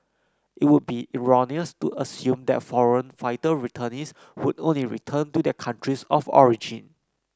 it would be erroneous to assume that foreign fighter returnees would only return to their countries of origin